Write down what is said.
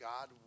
God